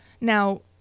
Now